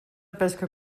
pesca